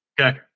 Okay